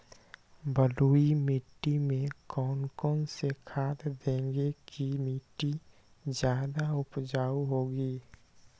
बलुई मिट्टी में कौन कौन से खाद देगें की मिट्टी ज्यादा उपजाऊ होगी?